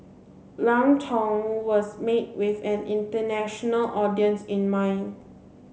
Lang Tong was made with an international audience in mind